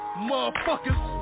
Motherfuckers